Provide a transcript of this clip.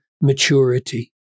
maturity